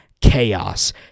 chaos